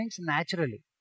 naturally